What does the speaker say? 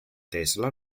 tesla